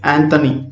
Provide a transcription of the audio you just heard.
Anthony